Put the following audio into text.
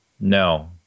No